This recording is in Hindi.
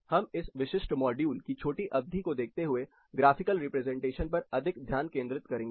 हम इस विशिष्ट मॉड्यूल की छोटी अवधि को देखते हुए ग्राफिकल रिप्रेजेंटेशन पर अधिक ध्यान केंद्रित करेंगे